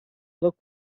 look